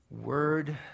word